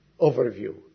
overview